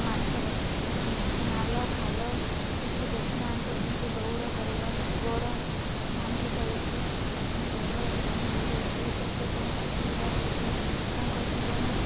ମାଠରେ ନାଲ ଖାଲ କିଛି ଦେଖିନାହାନ୍ତି ସେମିତି ଦୌଡ଼ କରିବା ଗୋଡ଼ ଭାଙ୍ଗିଯାଉଛି ଗୋଡ଼ ଭାଙ୍ଗିଯାଉଛି କେତେ କ'ଣ ଅସୁବିଧା ହେଉଛି ତାଙ୍କ ଜୀବନ